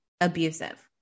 Abusive